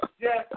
yes